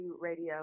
radio